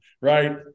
right